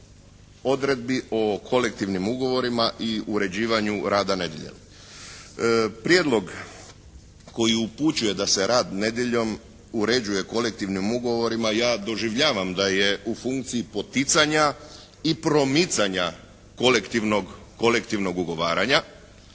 odredbi o kolektivnim ugovorima i uređivanju rada nedjeljom. Prijedlog koji upućuje da se rad nedjeljom uređuje kolektivnim ugovorima ja doživljavam da je u funkciji poticanja i promicanja kolektivnog ugovaranja